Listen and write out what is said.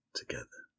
together